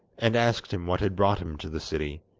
and asked him what had brought him to the city.